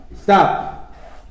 stop